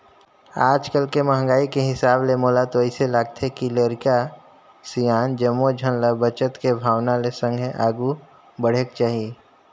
आज के महंगाई के हिसाब ले मोला तो अइसे लागथे के लरिका, सियान जम्मो झन ल बचत के भावना ले संघे आघु बढ़ेक चाही